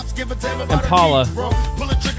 Impala